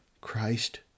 Christ